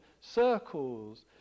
circles